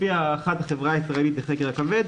לפי הערכת החברה הישראלית לחקר הכבד,